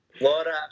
Laura